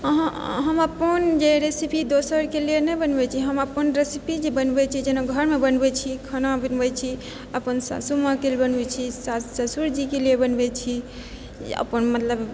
अहाँ हम अपन जे रेसीपी दोसरके लिए नहि बनबैत छी हम अपन रेसीपी जे बनबैत छी जेना घरमे बनबैत छी खाना बनबैत छी अपन सासूमाँके लेल बनबैत छी सास ससुरजीके लिए बनबैत छी अपन मतलब